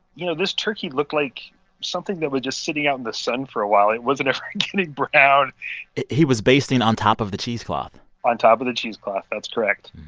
you know, this turkey looked like something that was just sitting out in the sun for a while. it wasn't a getting brown he was basting on top of the cheesecloth on top of the cheesecloth that's correct.